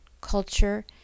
culture